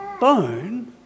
bone